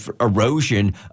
erosion